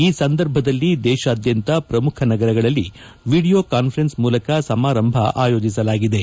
ಈ ಸಂದರ್ಭದಲ್ಲಿ ದೇಶಾದ್ನಂತ ಪ್ರಮುಖ ನಗರಗಳಲ್ಲಿ ವಿಡಿಯೋ ಕಾನ್ಸರೆನ್ಸ್ ಮೂಲಕ ಸಮಾರಂಭ ಆಯೋಜಿಸಲಾಗಿದ್ದು